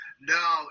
No